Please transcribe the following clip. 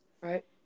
Right